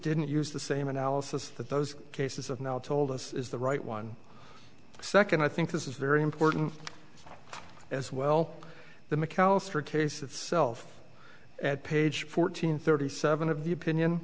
didn't use the same analysis that those cases of now told us is the right one second i think this is very important as well the mcallister case itself at page fourteen thirty seven of the opinion